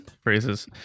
phrases